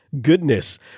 goodness